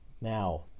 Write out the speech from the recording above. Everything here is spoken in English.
Now